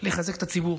לחזק את הציבור,